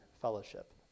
fellowship